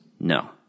No